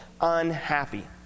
unhappy